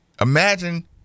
imagine